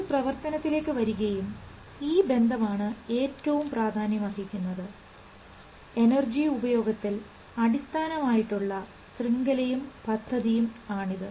ഇത് പ്രവർത്തനത്തിലേക്ക് വരികയും ഈ ബന്ധമാണ് ഏറ്റവും പ്രാധാന്യമർഹിക്കുന്നത് എനർജി ഉപയോഗത്തിൽ അടിസ്ഥാനം ആയിട്ടുള്ള ശൃംഖലയും പദ്ധതിയും ആണിത്